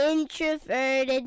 Introverted